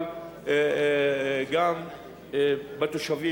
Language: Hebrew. אבל גם בתושבים,